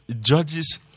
judges